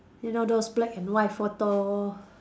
you know those black and white photo